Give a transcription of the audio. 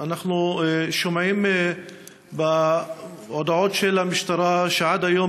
אנחנו שומעים בהודעות של המשטרה שעד היום